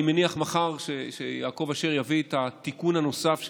אני מניח שמחר יעקב אשר יביא את התיקון הנוסף שמגיע,